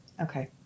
Okay